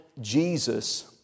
Jesus